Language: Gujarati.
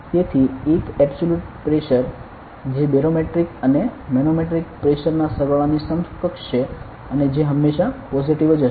તેથી એક એબ્સોલ્યુટ પ્રેશર જે બેરોમેટ્રિક અને મેનોમેટ્રિક પ્રેશર ના સરવાળાની સમકક્ષ છે અને જે હંમેશા પોઝીટીવ જ હશે